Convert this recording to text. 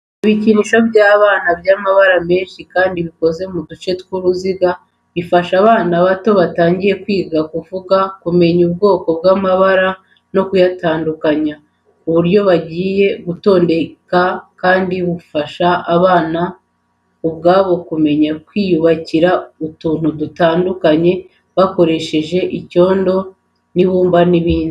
Ibikinisho by’abana by’amabara menshi kandi bikoze mu duce tw'uruziga. Bifasha abana bato batangiye kwiga kuvuga, kumenya ubwoko bw'amabara no kuyatandukanya. Uburyo agiye atondetse kandi bufasha abana ubwabo kumenya kwiyubakira utuntu dutandukanye bakoresheje icyondo, ibumba n'ibindi.